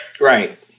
Right